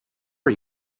are